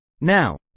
Now